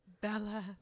Bella